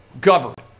government